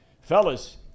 Fellas